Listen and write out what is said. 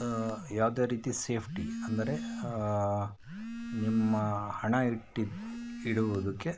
ಯಾವುದೇ ರೀತಿ ಸೇಫ್ಟಿ ಅಂದರೆ ನಿಮ್ಮ ಹಣ ಇಟ್ಟಿದ್ದು ಇಡುವುದಕ್ಕೆ